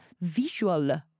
visual